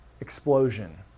explosion